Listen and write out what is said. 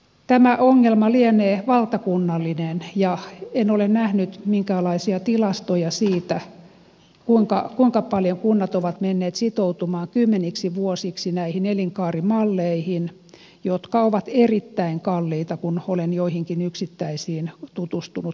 tämä ongelma lienee valtakunnallinen ja en ole nähnyt minkäänlaisia tilastoja siitä kuinka paljon kunnat ovat menneet sitoutumaan kymmeniksi vuosiksi näihin elinkaarimalleihin jotka ovat erittäin kalliita kun olen joihin yksittäisiin tutustunut tarkemmin